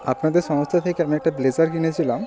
আপনাদের সংস্থা থেকে আমি একটা ব্লেজার কিনেছিলাম